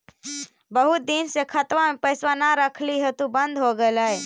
बहुत दिन से खतबा में पैसा न रखली हेतू बन्द हो गेलैय?